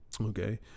okay